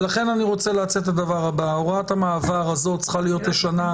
ולכן אני רוצה להציע את הדבר הבא: הוראת המעבר הזאת צריכה להיות לשנה.